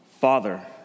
Father